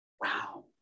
wow